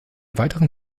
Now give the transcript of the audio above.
weiteren